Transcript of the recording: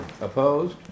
Opposed